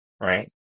right